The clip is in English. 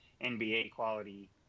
NBA-quality